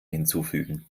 hinzufügen